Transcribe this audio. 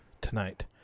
tonight